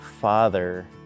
father